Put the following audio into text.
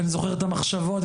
אני זוכר את המחשבות,